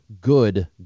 good